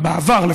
בעבר,